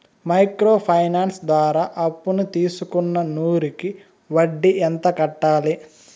Micro finance ద్వారా అప్పును తీసుకున్న నూరు కి వడ్డీ ఎంత కట్టాలి?